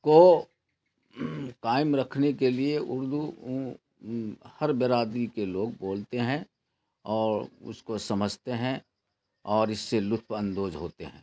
کو قائم رکھنے کے لیے اردو ہر برادری کے لوگ بولتے ہیں اور اس کو سمجھتے ہیں اور اس سے لطف اندوج ہوتے ہیں